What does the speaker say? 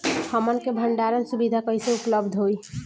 हमन के भंडारण सुविधा कइसे उपलब्ध होई?